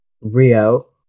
Rio